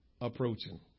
approaching